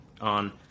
on